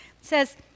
says